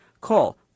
call